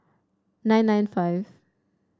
nine nine five